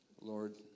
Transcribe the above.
Lord